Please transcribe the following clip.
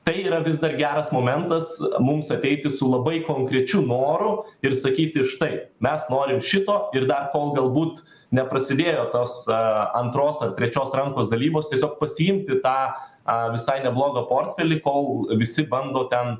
tai yra vis dar geras momentas mums ateiti su labai konkrečiu noru ir sakyti štai mes norim šito ir dar kol galbūt neprasidėjo tos antros ar trečios rankos dalybos tiesiog pasiimti tą visai neblogą portfelį kol visi bando ten